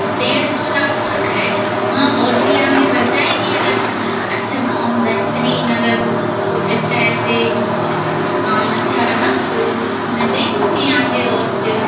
डेढ़ दो लाख तक है हाँ और भी आगे बढ़ जाएगी अगर अच्छा काम बेहतरीन अगर कुछ अच्छा ऐसे काम अच्छा रहा तो मैं देखूँगी आगे और फिर